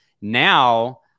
Now